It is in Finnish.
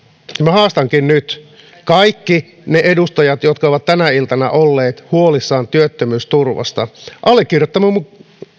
haastankin nyt kaikki ne edustajat jotka ovat tänä iltana olleet huolissaan työttömyysturvasta allekirjoittamaan